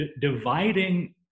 dividing